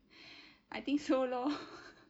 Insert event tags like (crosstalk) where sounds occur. (breath) I think so lor (laughs)